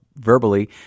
verbally